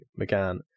McGann